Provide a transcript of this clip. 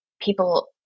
people